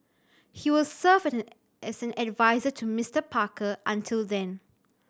he will serve as an adviser to Mister Parker until then